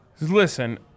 Listen